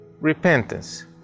repentance